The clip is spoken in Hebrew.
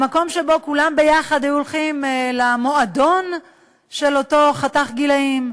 למקום שבו כולם ביחד היו הולכים למועדון של אותו חתך גילאים.